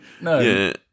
No